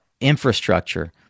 infrastructure